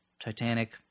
Titanic